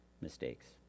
mistakes